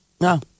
No